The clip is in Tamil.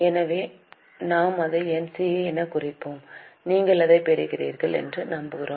எனவே நாம் அதை NCA எனக் குறிப்போம் நீங்கள் அதைப் பெறுகிறீர்கள் என்று நம்புகிறேன்